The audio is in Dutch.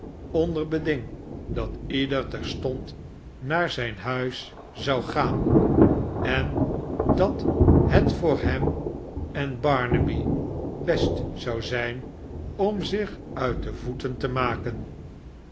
onder beding dat ieder terstond naar zijn huis zou gaan en dat het voor hem en barnaby best zou zijn om zich uit de voeten te maken